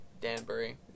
Danbury